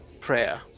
prayer